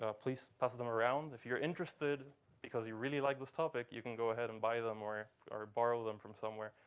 ah please pass them around. if you're interested because you really like this topic, you can go ahead and buy them or or borrow them from somewhere.